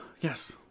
Yes